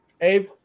Abe